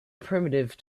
primitive